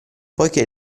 poiché